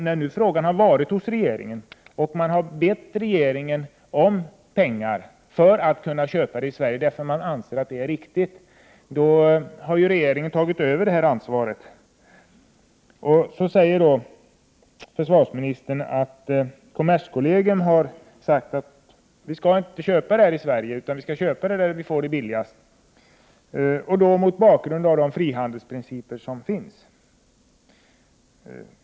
När nu frågan har varit hos regeringen och man har bett regeringen om pengar för att kunna köpa tyg i Sverige, eftersom man anser att det är riktigt, har ju regeringen tagit över detta ansvar. Försvarsministern säger att man från kommerskollegium har sagt att vi inte skall köpa tyget i Sverige, utan vi skall köpa det där vi får det billigast, och det skall ske mot bakgrund av de frihandelsprinciper som finns.